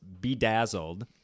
Bedazzled